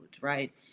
right